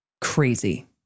crazy